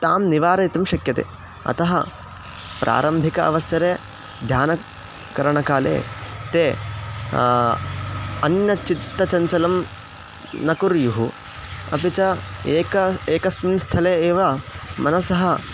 तां निवारयितुं शक्यते अतः प्रारम्भिक अवसरे ध्यानकरणकाले ते अन्यत् चित्तचञ्चलं न कुर्युः अपि च एकम् एकस्मिन् स्थले एव मनसः